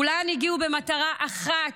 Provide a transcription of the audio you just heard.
כולן הגיעו במטרה אחת: